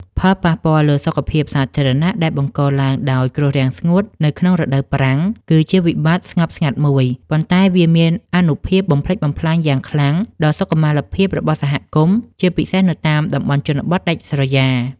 ផលប៉ះពាល់លើសុខភាពសាធារណៈដែលបង្កឡើងដោយគ្រោះរាំងស្ងួតក្នុងរដូវប្រាំង គឺជាវិបត្តិស្ងប់ស្ងាត់មួយ ប៉ុន្តែវាមានអានុភាពបំផ្លិចបំផ្លាញយ៉ាងខ្លាំងដល់សុខុមាលភាពរបស់សហគមន៍ ជាពិសេសនៅតាមតំបន់ជនបទដាច់ស្រយាល។